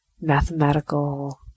mathematical